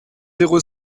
zéro